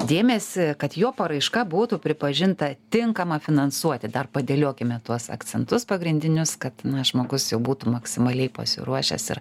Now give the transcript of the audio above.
dėmesį kad jo paraiška būtų pripažinta tinkama finansuoti dar padėliokime tuos akcentus pagrindinius kad žmogus jau būtų maksimaliai pasiruošęs ir